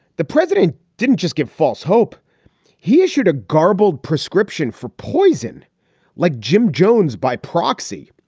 the president didn't just give false hope he issued a garbled prescription for poison like jim jones by proxy,